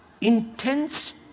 intense